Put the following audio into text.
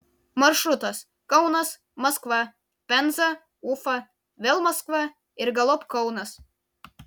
maršrutas kaunas maskva penza ufa vėl maskva ir galop kaunas